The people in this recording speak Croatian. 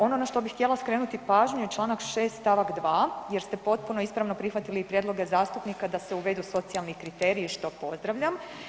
Ono na što bih htjela skrenuti pažnju je čl. 6. st. 2. jer ste potpuno ispravno prihvatili prijedloge zastupnika da se uvedu socijalni kriteriji, što pozdravljam.